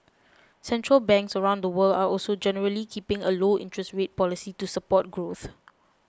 central banks around the world are also generally keeping a low interest rate policy to support growth